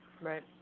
right